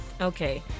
Okay